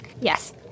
Yes